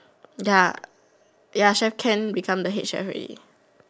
ya ya chef Ken become the head chef already